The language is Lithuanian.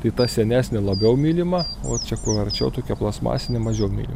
tai ta senesnė labiau mylima o čia kur arčiau tokia plastmasinė mažiau myli